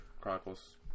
Chronicles